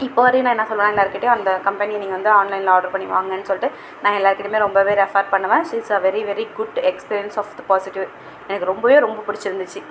இப்போ வரையும் நான் என்ன சொல்வேன் எல்லார்கிட்டயும் அந்த கம்பெனி நீங்கள் வந்து ஆன்லைனில் ஆட்ரு பண்ணி வாங்குங்கன்னு சொல்லிட்டு நான் எல்லார்கிட்டையும் ரொம்ப ரெஃபர் பண்ணுவேன் this is the very good experience of the positive எனக்கு ரொம்ப ரொம்ப பிடிச்சிருந்துச்சு